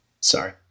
Sorry